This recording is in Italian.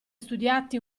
studiati